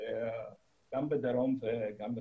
גם בדרום וגם בצפון.